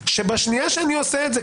שבשנייה שאני עושה את זה,